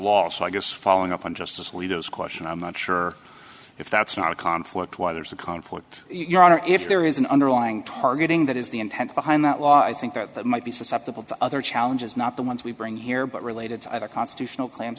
law so i guess following up on justice alito is question i'm not sure if that's not a conflict why there is a conflict your honor if there is an underlying targeting that is the intent behind that law i think that that might be susceptible to other challenges not the ones we bring here but related to either constitutional cla